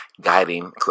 guiding